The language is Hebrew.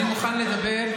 אני מוכן לדבר,